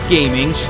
Gaming